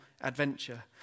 adventure